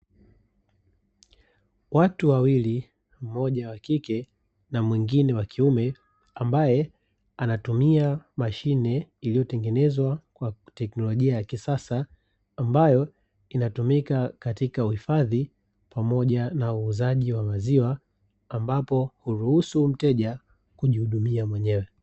Watu wawili mmoja wa kike na mwingine wa kiume, ambaye anatumia mashine iliyotengenezwa kwa teknolojia ya kisasa, ambayo inatumika katika uhifadhi, pamoja na uuzaji wa maziwa ambapo huruhusu mteja kujihudumia mwenyewe.